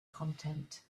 content